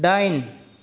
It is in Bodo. डाइन